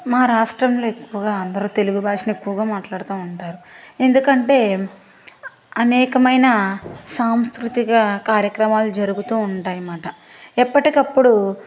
మా రాష్ట్రంలో ఎక్కువగా అందరూ తెలుగు భాషలో ఎక్కువగా మాట్లాడుతూ ఉంటారు ఎందుకంటే అనేకమైన సాంస్కృతిగా కార్యక్రమాలు జరుగుతూ ఉంటాయి అనమాట ఎప్పటికప్పుడు